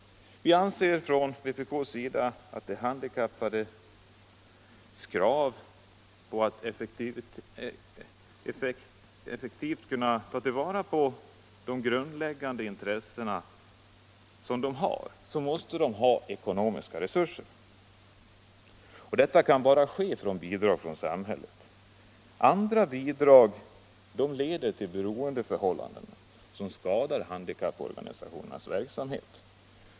Vi i vpk anser att de handikappade för att effektivt kunna ta till vara de grundläggande intressen som de har måste ha ekonomiska resurser, och detta kan åstadkommas genom bidrag från samhället. Andra bidrag leder till beroendeförhållanden som skadar handikapporganisationernas verksamhet.